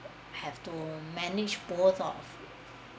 have to manage both of